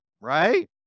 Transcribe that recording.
right